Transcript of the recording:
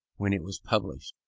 when it was published,